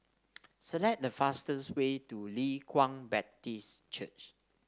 select the fastest way to Leng Kwang Baptist Church